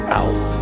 out